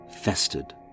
festered